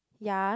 yea